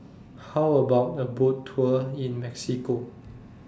How about A Boat Tour in Mexico